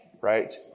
right